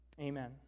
Amen